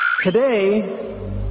Today